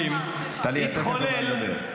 -- כמו דגים ולא אומרים,